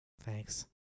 Thanks